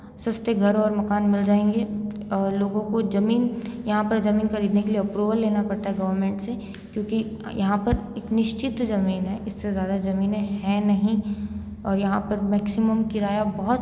सस्ते घर और मकान मिल जाएंगे लोगों को ज़मीन यहाँ पर ज़मीन खरीदने के लिए अप्रूवल लेना पड़ता है गवर्मेंट से क्योंकि यहाँ पर निश्चित ज़मीन है इससे ज़्यादा ज़मीनें हैं नहीं और यहाँ पर मैक्सीमम किराया बहुत